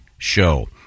Show